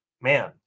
man